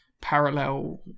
parallel